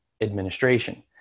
administration